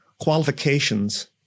qualifications